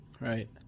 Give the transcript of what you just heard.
Right